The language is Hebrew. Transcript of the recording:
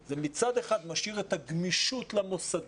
מצד אחד זה משאיר את הגמישות למוסדות